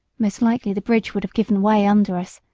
most likely the bridge would have given way under us,